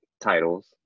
titles